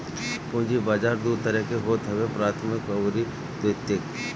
पूंजी बाजार दू तरह के होत हवे प्राथमिक अउरी द्वितीयक